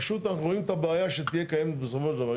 פשוט אנחנו רואים את הבעיה שתהיה קיימת בסופו של דבר.